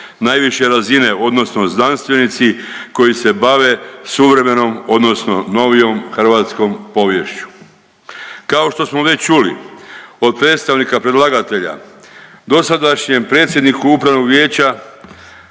najviše razine odnosno znanstvenici koji se bave suvremenom odnosno novijom hrvatskom poviješću. Kao smo već čuli od predstavnika predlagatelja dosadašnjem predsjedniku upravnog vijeća